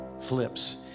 flips